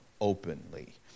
openly